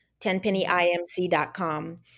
tenpennyimc.com